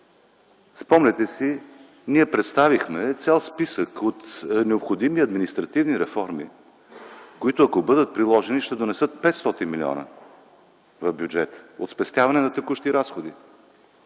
спомняте си, че ние представихме цял списък от необходими административни реформи, които, ако бъдат приложени, ще донесат 500 милиона в бюджета от спестяване на текущи разходи.